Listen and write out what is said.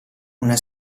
una